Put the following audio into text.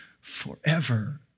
forever